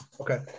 Okay